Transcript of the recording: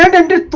and